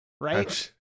right